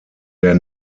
der